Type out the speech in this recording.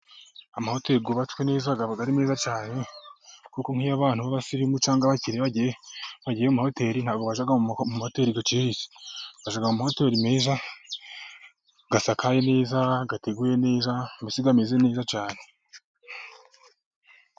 Amahoteli yubatswe neza aba ari meza cyane, kuko nk'iyo abantu b'abasirimu cyangwa abakire bagiye mu mahoteli, ntabwo bajya mu mahoteli aciriritse; bajya mu mahoteli meza, asakaye neza, ateguye neza, mbese ameze neza cyane.